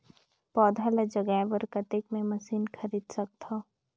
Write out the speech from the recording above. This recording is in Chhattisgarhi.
पौधा ल जगाय बर कतेक मे मशीन खरीद सकथव?